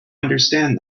understand